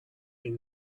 این